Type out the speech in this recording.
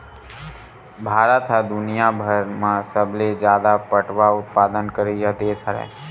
भारत ह दुनियाभर म सबले जादा पटवा उत्पादन करइया देस हरय